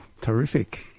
terrific